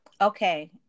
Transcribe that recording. Okay